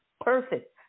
Perfect